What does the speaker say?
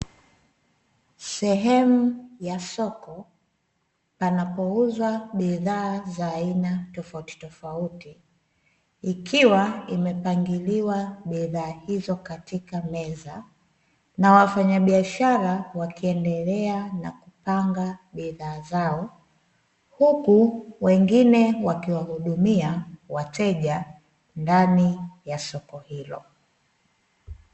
Sehemu ya soko panapouzwa bidhaa za aina tofauti tofauti, ikiwa imepangiliwa bidhaa hizo katika meza na wafaya biashara wakiendelea kupanga bidhaa zao, huku wengine wakiwahudumia wateja ndani ya soko hilo.